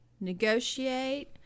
negotiate